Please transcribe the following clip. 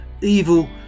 evil